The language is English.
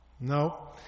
No